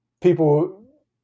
People